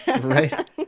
Right